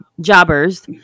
jobbers